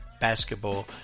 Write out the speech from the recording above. basketball